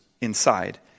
inside